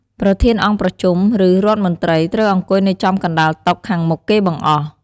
ប្រធានអង្គប្រជុំ ឬរដ្ឋមន្ត្រី ត្រូវអង្គុយនៅចំកណ្ដាលតុ ខាងមុខគេបង្អស់។